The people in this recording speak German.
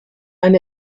ein